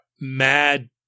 mad